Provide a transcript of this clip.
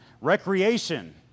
recreation